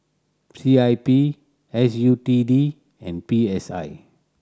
C I P S U T D and P S I